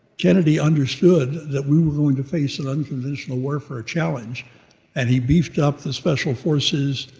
kennedy understood that we were going to face an unconventional warfare challenge and he beefed up the special forces.